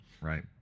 Right